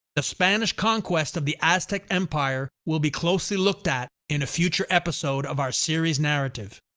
the spanish conquest of the aztec empire will be closely looked at in a future episode of our series narrative.